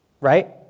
right